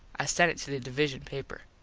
i sent it to the divisun paper.